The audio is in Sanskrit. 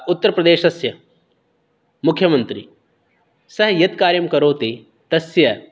उत्तरप्रदेशस्य मुख्यमन्त्री सः यत् कार्यं करोति तस्य